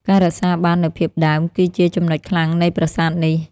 ការរក្សាបាននូវភាពដើម គឺជាចំណុចខ្លាំងនៃប្រាសាទនេះ។